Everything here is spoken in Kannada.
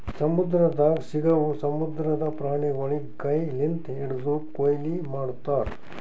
ಸಮುದ್ರದಾಗ್ ಸಿಗವು ಸಮುದ್ರದ ಪ್ರಾಣಿಗೊಳಿಗ್ ಕೈ ಲಿಂತ್ ಹಿಡ್ದು ಕೊಯ್ಲಿ ಮಾಡ್ತಾರ್